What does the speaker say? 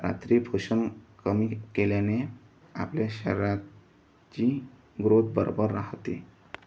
रात्री पोषण कमी केल्याने आपल्या शरीराची ग्रोथ बरोबर राहते